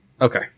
Okay